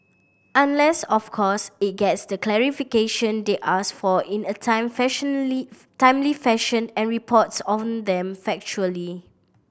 unless of course it gets the clarification they ask for in a time fashion timely fashion and reports on them factually